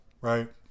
right